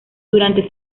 durante